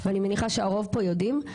אני מניחה שהרוב פה יודעים,